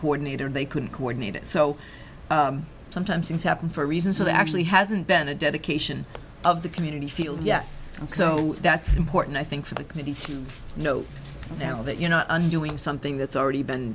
coordinated and they couldn't coordinate it so sometimes things happen for reasons that actually hasn't been a dedication of the community feel yet so that's important i think for the committee to know now that you know undoing something that's already been